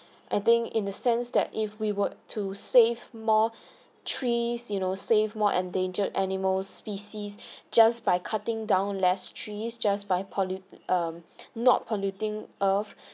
I think in the sense that if we work to save more trees you know save more endangered animal species just by cutting down less trees just by pollute um not polluting earth